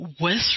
West